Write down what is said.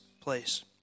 place